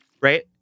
Right